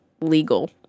legal